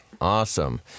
Awesome